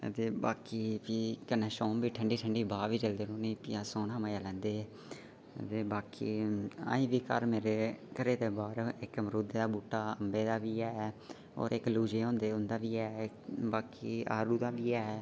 बाकी फ्ही कन्नै छाऊं ठण्डी ठण्डी ब्हाऽ बी चलदी रौंह्नी दा मजा लैंदे हे ते बाकी अजें बी घर मेरे बाह्र मरूदै दा बूह्टा अम्बै दा बी ऐ होर इक लूचे होंदे ओह्दा बी ऐ बाकी आड़ू दा बी ऐ